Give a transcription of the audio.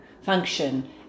function